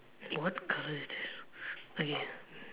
what colour is this okay